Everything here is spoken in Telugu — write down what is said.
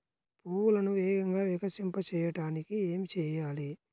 పువ్వులను వేగంగా వికసింపచేయటానికి ఏమి చేయాలి?